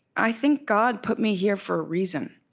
i think god put me here for a reason